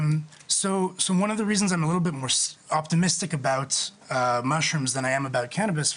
ואחת הסיבות שאני מעט יותר אופטימי לגבי פטריות מאשר לגבי קנאביס,